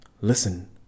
Listen